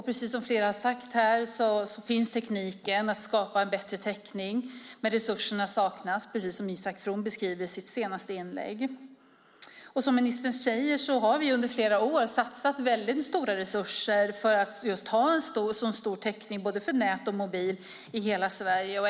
Precis som flera har sagt här finns tekniken att skapa en bättre täckning. Men resurserna saknas, precis som Isak From beskriver i sitt senaste inlägg. Som ministern säger har vi under flera år satsat stora resurser för att just ha en stor täckning för både nät och mobil i hela Sverige.